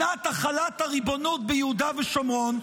שנת החלת הריבונות ביהודה ושומרון.